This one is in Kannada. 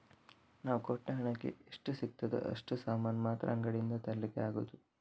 ನಾವು ಕೊಟ್ಟ ಹಣಕ್ಕೆ ಎಷ್ಟು ಸಿಗ್ತದೋ ಅಷ್ಟು ಸಾಮಾನು ಮಾತ್ರ ಅಂಗಡಿಯಿಂದ ತರ್ಲಿಕ್ಕೆ ಆಗುದು